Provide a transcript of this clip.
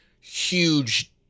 huge